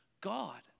God